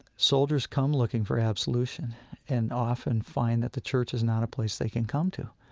soldiers come looking for absolution and often find that the church is not a place they can come to,